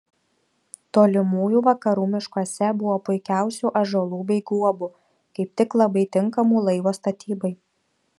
tolimųjų vakarų miškuose buvo puikiausių ąžuolų bei guobų kaip tik labai tinkamų laivo statybai